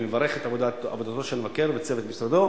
אתה מברך את המבקר, והמבקר מבקר את המברך.